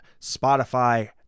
Spotify